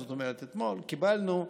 זאת אומרת אתמול קיבלנו,